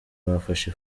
bafashe